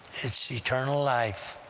it's eternal life,